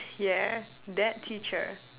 yeah that teacher